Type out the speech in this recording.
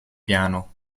piano